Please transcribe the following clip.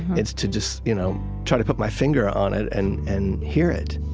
it's to just you know try to put my finger on it and and hear it